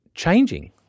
Changing